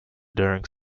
during